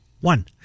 One